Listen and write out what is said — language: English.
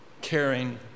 caring